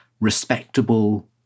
respectable